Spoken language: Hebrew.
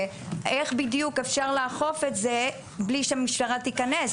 איך אפשר יהיה לאכוף את זה על פי החוק הזה מבלי שהמשטרה תיכנס?